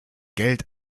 geld